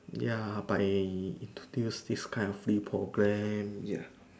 ya by to use this kind of free program ya